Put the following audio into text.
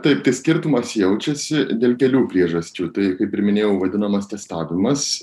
taip tai skirtumas jaučiasi dėl kelių priežasčių tai kaip ir minėjau vadinamas testavimas